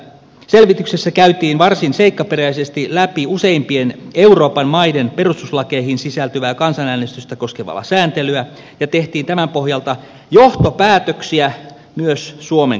selvityksessä käytiin varsin seikkaperäisesti läpi useimpien euroopan maiden perustuslakeihin sisältyvää kansanäänestystä koskevaa sääntelyä ja tehtiin tämän pohjalta johtopäätöksiä myös suomen kannalta